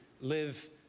live